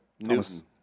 Newton